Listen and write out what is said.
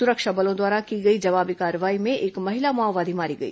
सुरक्षा बलों द्वारा की गई जवाबी कार्रवाई में एक महिला माओवादी मारी गई